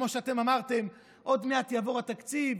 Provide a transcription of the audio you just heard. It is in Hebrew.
כמו שאתם אמרתם: עוד מעט יעבור התקציב,